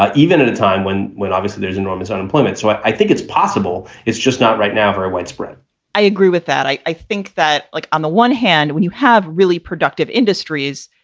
even at a time when when obviously there's enormous unemployment. so i i think it's possible. it's just not right now very widespread i agree with that. i i think that like on the one hand, when you have really productive industries,